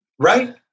Right